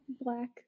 black